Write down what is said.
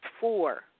four